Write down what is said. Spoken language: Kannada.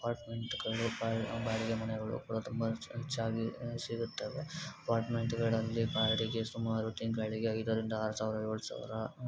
ಅಪಾರ್ಟ್ಮೆಂಟ್ಗಳು ಬಾಡಿಗೆ ಮನೆಗಳು ಕೂಡ ತುಂಬ ಹೆಚ್ಚಾಗಿ ಸಿಗುತ್ತವೆ ಅಪಾರ್ಟ್ಮೆಂಟ್ಗಳಲ್ಲಿ ಬಾಡಿಗೆ ಸುಮಾರು ತಿಂಗಳಿಗೆ ಐದರಿಂದ ಆರು ಸಾವಿರ ಏಳು ಸಾವಿರ